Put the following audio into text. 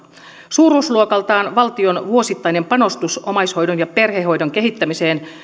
suuruusluokaltaan valtion vuosittainen panostus omaishoidon ja perhehoidon kehittämiseen